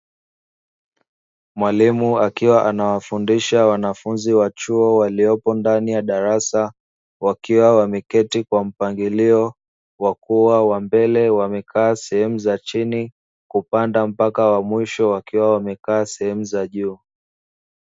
Mwalimu akiwa ana wafundisha wanafunzi wa chuo waliopo ndani ya darasa wakiwa wameketi kwa mpangilio, wa kuwa wa mbele wamekaa sehemu za chini kupanda mpaka wa mwisho wakiwa wame kaa sehemu za juu.